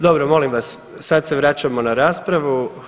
Dobro, molim vas sad se vraćamo na raspravu.